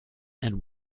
and